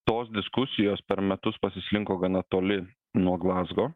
tos diskusijos per metus pasislinko gana toli nuo glazgo